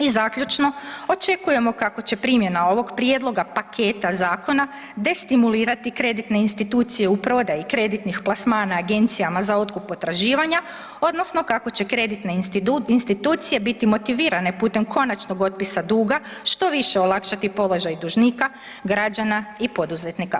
I zaključno očekujemo kako će primjena ovog prijedloga paketa zakona destimulirati kreditne institucije u prodaji kreditnih plasmana agencijama za otkup potraživanja odnosno kako će kreditne institucije biti motivirane putem konačnog otpisa duga što više olakšati položaj dužnika, građana i poduzetnika.